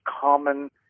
common